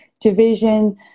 division